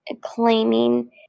claiming